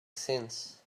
since